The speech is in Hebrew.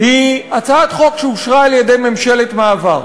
היא הצעת חוק שאושרה על-ידי ממשלת מעבר.